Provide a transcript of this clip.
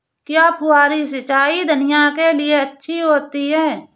क्या फुहारी सिंचाई धनिया के लिए अच्छी होती है?